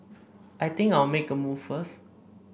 I think I'll make a move first